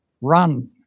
run